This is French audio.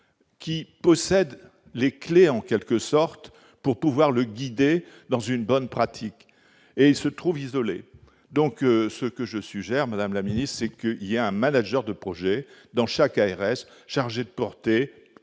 qui possède les clefs en quelque sorte pour pouvoir le guider dans une bonne pratique et il se trouve isolé, donc ce que je suggère, Madame la Ministre, c'est que il y a un manager de projets dans chaque ARS chargés de porter